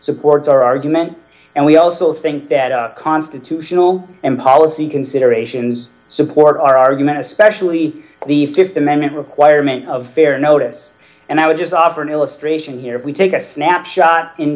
supports our argument and we also think that constitutional and policy considerations support our argument especially the th amendment requirement of fair notice and i would just offer an illustration here if we take a snapshot in